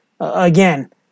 again